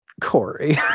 Corey